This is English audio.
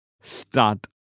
start